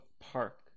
Park